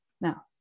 Now